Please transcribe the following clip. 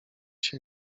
się